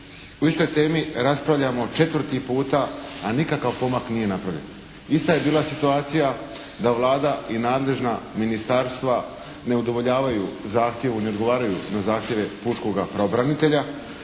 o istoj temi raspravljamo četvrti puta a nikakav pomak nije napravljen. Ista je bila situacija da Vlada i nadležna ministarstva ne udovoljavaju zahtjevu, ne odgovaraju na zahtjeve pučkoga pravobranitelja.